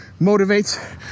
motivates